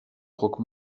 croque